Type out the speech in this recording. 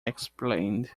explained